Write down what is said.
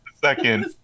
second